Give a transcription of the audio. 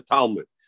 Talmud